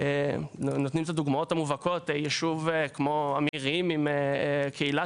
נותנים את הדוגמאות המובהקות של יישוב כמו אמירים עם קהילה